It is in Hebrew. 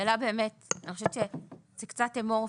אני חושבת שזה קצת אמורפי,